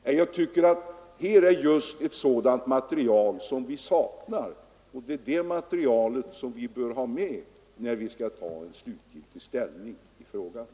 Det är bl.a. just ett sådant material vi saknar, och det bör vi ha med när vi skall ta slutgiltig ställning i frågan.